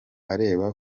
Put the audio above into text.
areba